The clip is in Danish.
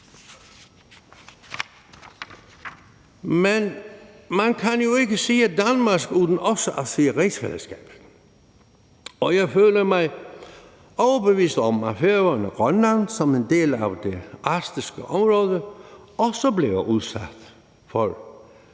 Men man kan jo ikke sige Danmark uden også at sige rigsfællesskabet, og jeg føler mig overbevist om, at Færøerne og Grønland som en del af det arktiske område også bliver udsat for